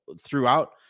throughout